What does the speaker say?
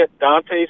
Dante's